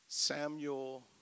Samuel